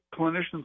clinician's